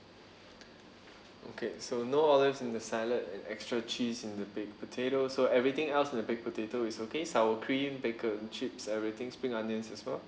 okay so no olives in the salad and extra cheese in the baked potatoes so everything else in the baked potato is okay sour cream bacon chips everything spring onions as well